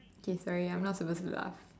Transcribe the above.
K sorry I'm not supposed to laugh